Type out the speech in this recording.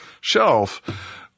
shelf